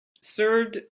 served